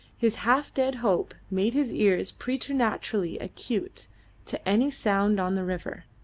his half-dead hope made his ears preternaturally acute to any sound on the river.